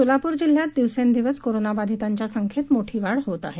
सोलापूर जिल्ह्यात दिवसेंदिवस कोरोनाबाधितांच्या संख्येत मोठी वाढ होत आहे